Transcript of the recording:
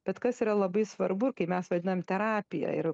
bet kas yra labai svarbu kai mes vadinam terapija ir